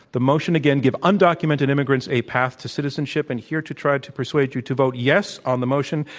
the motion, again, give undocumented immigrants a path to citizenship. and here to try to persuade you to vote yes on the motion,